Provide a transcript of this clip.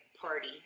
Party